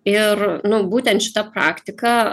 ir nu būtent šita praktika